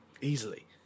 Easily